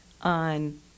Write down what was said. on